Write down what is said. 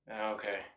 Okay